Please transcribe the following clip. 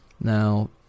Now